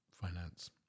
finance